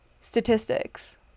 statistics